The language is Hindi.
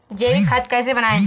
जैविक खाद कैसे बनाएँ?